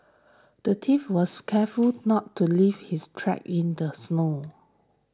the thief was careful not to leave his tracks in the snow